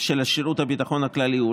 של שירות הביטחון הכללי,